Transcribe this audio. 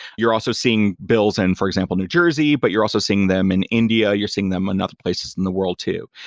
you're also seeing bills in, for example, new jersey, but you're also seeing them in india. you're seeing them on other places in the world too.